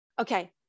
okay